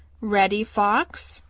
reddy fox,